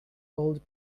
old